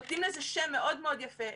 נותנים לזה שם מאוד מאוד יפה.